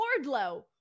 wardlow